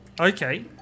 Okay